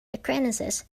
acquaintances